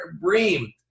Bream